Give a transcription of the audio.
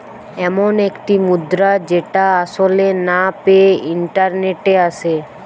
এমন একটি মুদ্রা যেটা আসলে না পেয়ে ইন্টারনেটে আসে